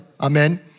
Amen